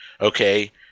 Okay